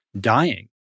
dying